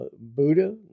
Buddha